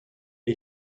est